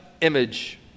image